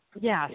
Yes